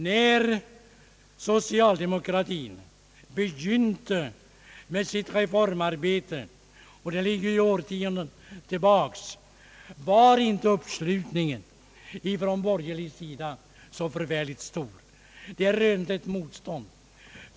När socialdemokratin begynte sitt reformarbete — det ligger ju årtionden tillbaka i tiden — var uppslutningen från borgerlig sida inte så förfärligt stor. Vi rönte motstånd.